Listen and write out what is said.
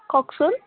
কওকচোন